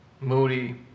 moody